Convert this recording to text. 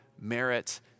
merit